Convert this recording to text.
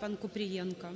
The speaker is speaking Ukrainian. панКупрієнко.